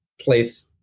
place